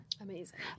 Amazing